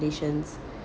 conditions